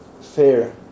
fair